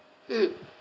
mm